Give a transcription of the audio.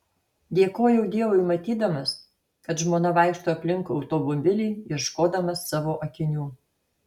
dėkojau dievui matydamas kad žmona vaikšto aplink automobilį ieškodama savo akinių